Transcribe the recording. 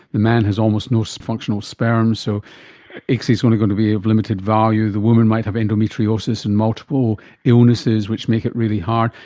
the man has almost no so functional sperm, so icsi is only going to be of limited value, the woman might have endometriosis and multiple illnesses which make it really hard.